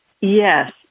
Yes